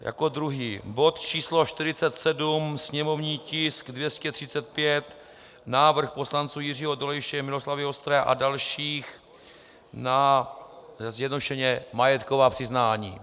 Jako druhý bod číslo 47, sněmovní tisk 235, návrh poslanců Jiřího Dolejše, Miloslavy Vostré a dalších na zjednodušeně majetková přiznání.